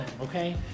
okay